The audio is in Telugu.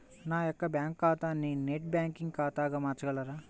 నా యొక్క బ్యాంకు ఖాతాని నెట్ బ్యాంకింగ్ ఖాతాగా మార్చగలరా?